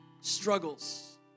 struggles